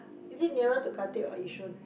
is it nearer to Khatib or Yishun